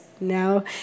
now